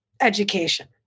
education